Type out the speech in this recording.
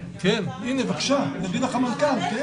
יש,